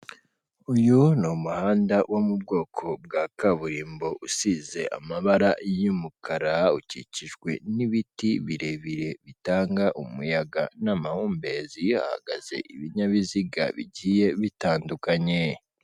Uyu ni umuhanda wo mu bwoko bwa kaburimbo usize amabara y'umukara ukikijwe n'ibiti birebire bitanga umuyaga n'amahumbezi hagaze ibinyabiziga bigiye bitandukanye.